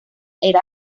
era